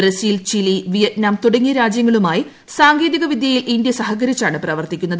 Brazil Chile Vietnam തുടങ്ങിയ രാജ്യങ്ങളുമായി സാങ്കേതിക വിദ്യയിൽ ഇന്ത്യ സഹകരിച്ചാണ് പ്രവർത്തിക്കുന്നത്